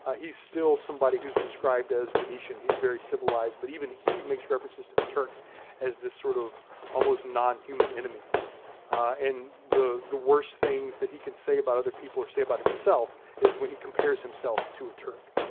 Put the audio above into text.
ah he's still somebody who is described as venetian. he's very civilized, but even he makes references to the turks as this sort of almost non-human enemy and the the worst things that he could say about other people or say about himself is when he compares himself to a turk,